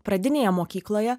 pradinėje mokykloje